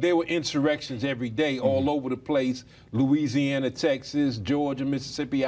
there were insurrections every day all over the place louisiana texas georgia mississippi